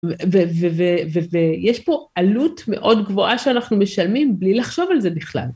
ויש פה עלות מאוד גבוהה שאנחנו משלמים בלי לחשוב על זה בכלל.